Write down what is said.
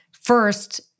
First